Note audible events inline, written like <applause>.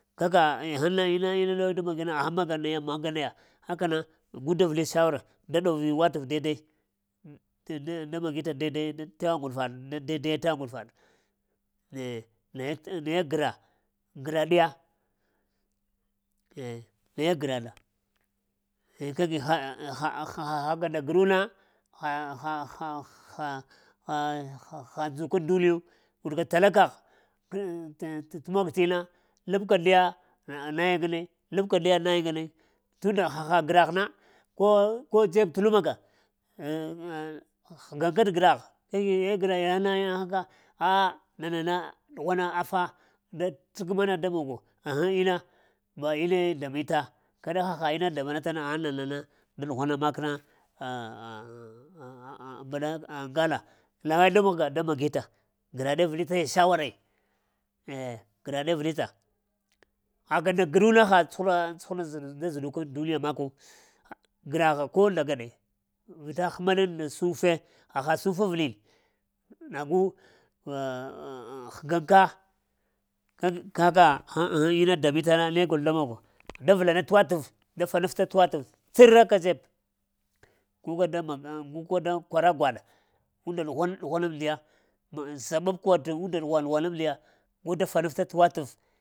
Kaka? Ghaŋ ina-ina dow da mog na ŋghaŋ maga nayi maga naya aka na gu da vili shawara da ɗobi watər dai-dai. Ɗa magi ta dai dai da tewa ŋguɗa faa daidai tewa ŋguɗu faɗ eh na naye gra, graɗiya eh na ye gra ɗa, aya kagi ha ha ah ha ka nda gru na, ha-ha-ha-ha-ha ha ndzuk ŋ duniyu wurka tala kagh ŋ t’ mog t’ inna, labka ndiya na naya ŋgane, labka ndiya naya ŋganaya tunda haha grah na, ko kə dzeb t’ luma ka eh ŋ həgaŋ ka t’ gragh eh eh gra na yiŋ ka aa nana na ɗughwana afa da tsə kəmi na di mogo? Ghaŋ ina, ma inaye ma da mita kaɗa haha ina damaɗata na? Ghaŋ nana da ɗughwana makna <hesitation> mbaɗa ŋgala laŋai da mahgad da magita, graɗe vilita ya shawara ya, eh graɗe vilita, ha ka nda gru na ha cuhura da zə zəɗukun duniya maku gra ha ko nda ga ɗe vita həma ɗe nda sunfe haha suŋəf arəlini na gu həgən ka, kaka? Ghən-ghən ina damita na ne gol da mogo da vla na t’ water da fa naf ta t’ waterv tsər ra ka dzeb guka da maga, guka da kwara gwaɗa, unda ɗughwana amdiya tsamamka t'unda dughwan-dughwan gu da fanafta t'wa t'ev.